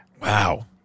Wow